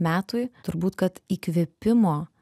metui turbūt kad įkvėpimo